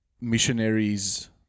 missionaries